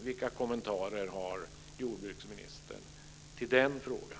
Vilka kommentarer har jordbruksministern till den frågan?